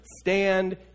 Stand